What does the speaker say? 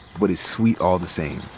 but it's sweet all the same.